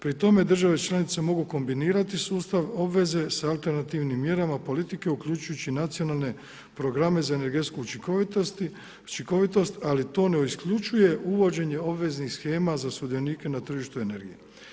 Pri tome države članice mogu kombinirati sustav obveze s alternativnim mjerama politike uključujući nacionalne programe za energetsku učinkovitost, ali to ne isključuje uvođenje obveznih shema za sudionike na tržištu energije.